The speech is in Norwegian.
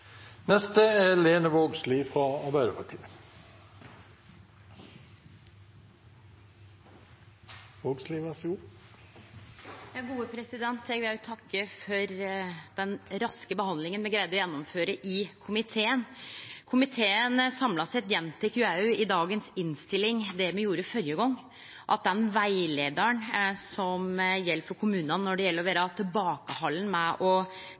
Eg vil òg takke for den raske behandlinga me greidde å gjennomføre i komiteen. Komiteen, samla sett, gjentek òg i dagens innstilling det me gjorde førre gong, at den rettleiaren som gjeld for kommunane når det gjeld å vere tilbakehalden med å